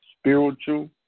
spiritual